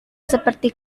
seperti